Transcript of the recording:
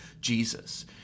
Jesus